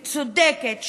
צודקת,